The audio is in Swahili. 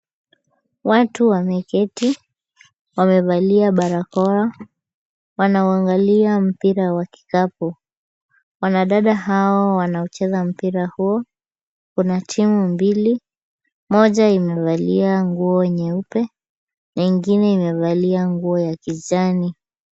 Watu wameketi wamevalia barakoa wanauangalia mpira wa kikapu. Wanadada hawa wanaocheza mpira huu. Kuna timu mbili, moja imevalia nguo nyeupe nyingine imevalia nguo ya kijani.